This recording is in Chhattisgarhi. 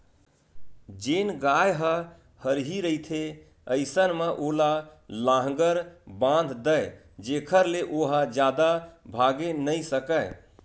जेन गाय ह हरही रहिथे अइसन म ओला लांहगर बांध दय जेखर ले ओहा जादा भागे नइ सकय